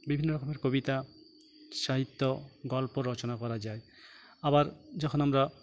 বিভিন্ন রকমের কবিতা সাহিত্য গল্প রচনা করা যায় আবার যখন আমরা